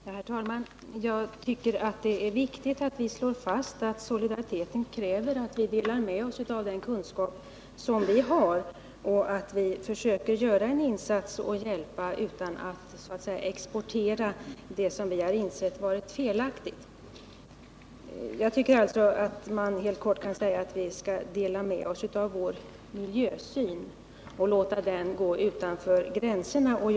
Herr talman! Jag tycker att det är viktigt att vi slår fast att solidariteten kräver att vi delar med oss av den kunskap som vi har och försöker göra en insats utan att exportera det som vi har insett vara felaktigt. Helt kort kan man alltså säga att vi skall dela med oss av vår miljösyn och låta denna även gå utanför vårt lands gränser.